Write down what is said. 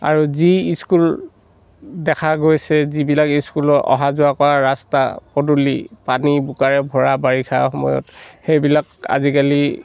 আৰু যি স্কুল দেখা গৈছে যিবিলাক স্কুলৰ অহা যোৱা কৰা ৰাস্তা পদূলি পানী বোকাৰে ভৰা বাৰিষা সময়ত সেইবিলাক আজিকালি